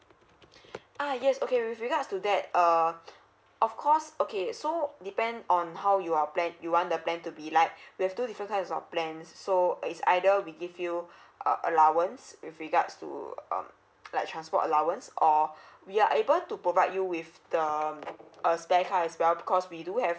ah yes okay with regards to that uh of course okay so depend on how you want plan you want the plan to be like we have two different kinds of our plans so it's either we give you a allowance with regards to um like transport allowance or we are able to provide you with the um a spare car as well because we do have